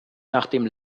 nachdem